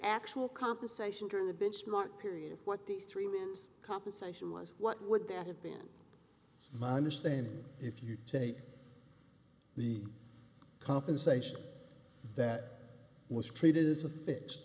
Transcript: actual compensation during the benchmark period what these three men's compensation was what would that have been my understanding if you take the compensation that was treated as a